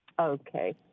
Okay